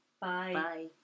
Bye